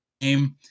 game